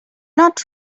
not